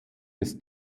des